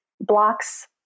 blocks